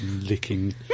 licking